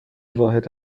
واحد